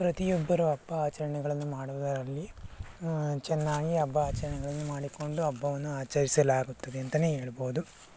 ಪ್ರತಿಯೊಬ್ಬರೂ ಹಬ್ಬ ಆಚರಣೆಗಳನ್ನು ಮಾಡುವುದರಲ್ಲಿ ಚೆನ್ನಾಗಿ ಹಬ್ಬ ಆಚರಣೆಗಳನ್ನು ಮಾಡಿಕೊಂಡು ಹಬ್ಬವನ್ನು ಆಚರಿಸಲಾಗುತ್ತದೆ ಅಂತಲೇ ಹೇಳ್ಬೋದು